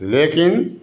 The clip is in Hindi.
लेकिन